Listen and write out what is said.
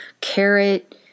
carrot